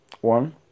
one